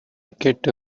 get